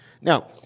Now